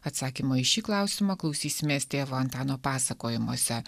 atsakymo į šį klausimą klausysimės tėvo antano pasakojimuose